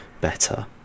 better